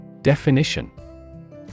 Definition